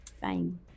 Fine